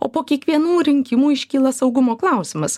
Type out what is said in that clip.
o po kiekvienų rinkimų iškyla saugumo klausimas